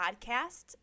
Podcasts